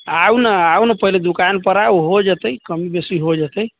आउ ने आउ ने पहिले दुकान पर आउ ओ हो जेतै कम बेसी हो जेतै